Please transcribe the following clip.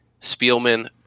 Spielman